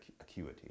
acuity